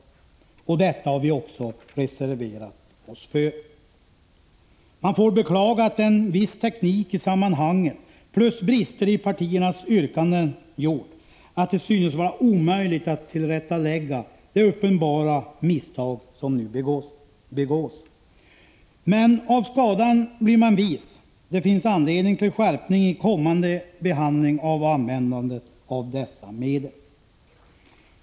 Detta har vi också reserverat oss för. Man får beklaga att en viss teknik i sammanhanget, plus brister i partiernas yrkanden, gjort att det synes vara omöjligt att tillrättalägga de uppenbara misstag som nu begås. Av skadan blir man vis, och det finns anledning till skärpning i kommande behandling av frågan om användandet av dessa medel.